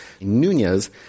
Nunez